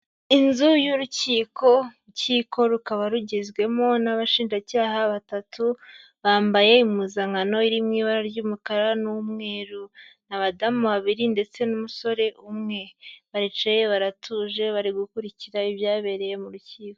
Inzu y'urukiko, urukiko rukaba rugizwemo n'abashinjacyaha batatu, bambaye impuzankano iri mu ibara ry'umukara n'umweru. Ni abadamu babiri ndetse n'umusore umwe. Baricaye, baratuje, bari gukurikira ibyabereye mu rukiko.